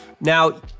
Now